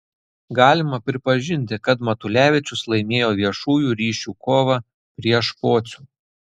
galima pripažinti kad matulevičius laimėjo viešųjų ryšių kovą prieš pocių